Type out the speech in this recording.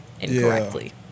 incorrectly